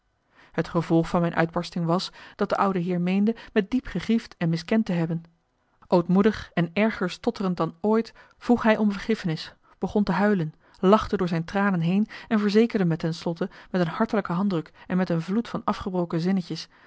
het gevolg van mijn uitbarsting was dat de oude heer meende me diep gegriefd en miskend te hebben ootmoedig en erger stotterend dan ooit vroeg hij om vergiffenis begon te huilen lachte door zijn tranen heen en verzekerde me ten slotte met een hartelijke handdruk en met een vloed van afgebroken zinnetjes